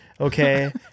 okay